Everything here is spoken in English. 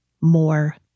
more